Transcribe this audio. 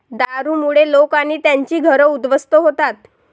दारूमुळे लोक आणि त्यांची घरं उद्ध्वस्त होतात